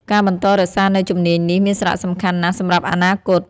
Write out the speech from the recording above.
ការបន្តរក្សានូវជំនាញនេះមានសារៈសំខាន់ណាស់សម្រាប់អនាគត។